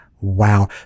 Wow